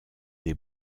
des